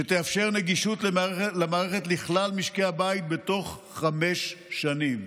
שתאפשר נגישות של המערכת לכלל משקי הבית בתוך חמש שנים.